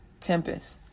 tempest